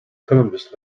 columbus